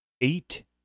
eight